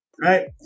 right